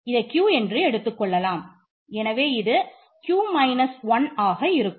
இதை q என்று எடுத்துக்கொள்ளலாம் எனவே இது q 1 ஆக இருக்கும்